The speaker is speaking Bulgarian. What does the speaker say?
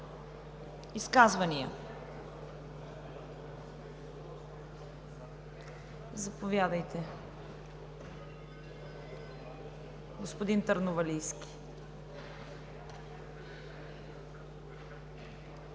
Изказвания? Заповядайте, господин Търновалийски.